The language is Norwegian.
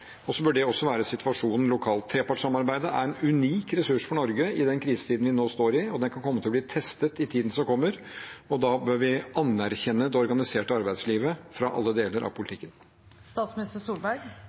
og statsministeren, som leder del tre i trepartssamarbeidet på nasjonalt nivå, mener jeg bør understreke overfor partene at det er spillereglene. Så bør det også være situasjonen lokalt. Trepartssamarbeidet er en unik ressurs for Norge i den krisetiden vi nå står i, og det kan komme til å bli testet i tiden som kommer. Da bør vi